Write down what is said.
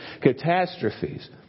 catastrophes